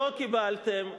קיבלתם,